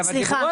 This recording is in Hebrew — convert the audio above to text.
רגע, שנייה.